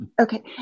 Okay